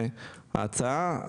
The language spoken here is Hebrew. וההצעה,